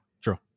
true